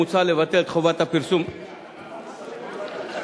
אנחנו מסתפקים רק בדעתך האישית.